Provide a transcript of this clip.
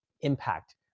impact